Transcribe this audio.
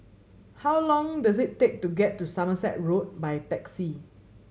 how long does it take to get to Somerset Road by taxi